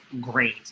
great